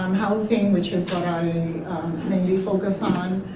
um housing which is what i mainly focus on,